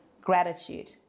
gratitude